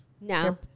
No